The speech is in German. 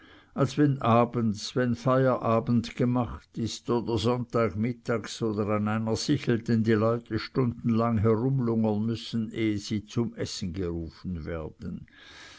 als wenn abends wenn feierabend gemacht ist oder sonntag mittags oder an einer sichelten die leute stundenlang herumlungern müssen ehe sie zum essen gerufen werden